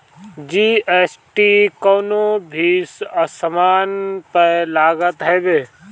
GST कवनो भी सामान पअ लागत हवे